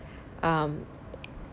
um